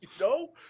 No